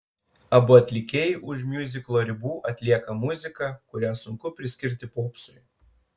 abu atlikėjai už miuziklo ribų atlieka muziką kurią sunku priskirti popsui